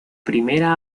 primera